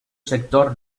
sector